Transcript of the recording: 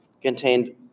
contained